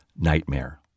nightmare